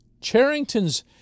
Charrington's